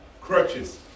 crutches